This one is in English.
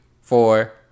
Four